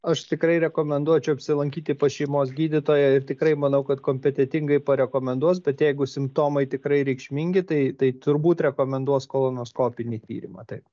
aš tikrai rekomenduočiau apsilankyti pas šeimos gydytoją ir tikrai manau kad kompetentingai parekomenduos bet jeigu simptomai tikrai reikšmingi tai tai turbūt rekomenduos kolonoskopinį tyrimą taip